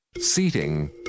seating